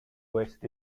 west